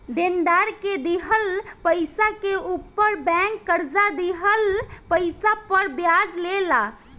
देनदार के दिहल पइसा के ऊपर बैंक कर्जा दिहल पइसा पर ब्याज ले ला